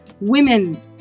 women